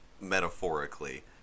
metaphorically